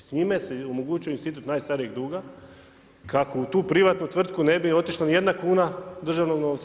S njime se omogućuje institut najstarijeg duga kako u tu privatnu tvrtku ne bi otišla nijedna kuna državnog novca.